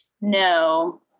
No